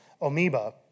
amoeba